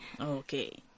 Okay